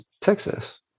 Texas